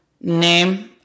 name